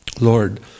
Lord